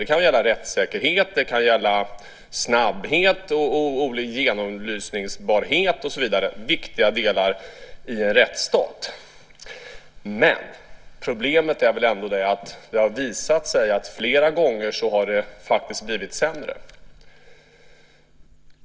Det kan gälla rättssäkerhet, snabbhet, genomlysningsbarhet och så vidare - viktiga delar i en rättsstat. Problemet är väl att det flera gånger har visat sig att det faktiskt har blivit sämre.